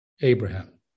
Abraham